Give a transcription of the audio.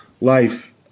life